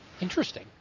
Interesting